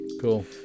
Cool